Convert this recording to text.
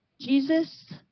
Jesus